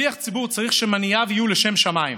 שליח ציבור צריך שמניעיו יהיו לשם שמיים,